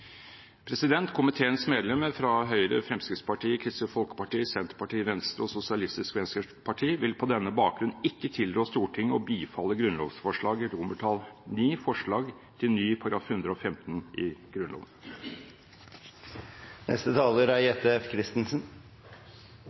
Komiteens medlemmer fra Høyre, Fremskrittspartiet, Kristelig Folkeparti, Senterpartiet, Venstre og Sosialistisk Venstreparti vil på denne bakgrunn ikke tilrå Stortinget å bifalle grunnlovsforslag IX, forslag til ny § 115 i Grunnloven. Dette forslaget har egentlig en misvisende tittel. Dette er